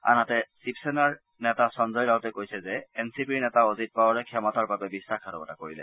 আনহাতে শিৱসেনাৰ নেতা সঞ্জয় ৰাউটে কৈছে যে এন চি পিৰ নেতা অজিত পাৱাৰে ক্ষমতাৰ বাবে বিশ্বাসঘাতকতা কৰিলে